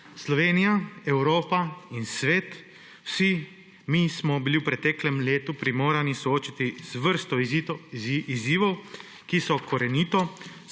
Slovenija, Evropa in svet, vsi mi smo bili v preteklem letu primorani se soočiti z vrsto izzivov, ki so korenito